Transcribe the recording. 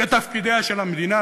כתפקידיה של המדינה.